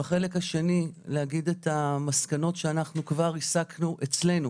בחלק השני להגיד את המסקנות שאנחנו כבר הסקנו אצלנו